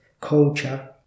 culture